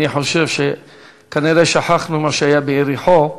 אני חושב שכנראה שכחנו מה שהיה ביריחו,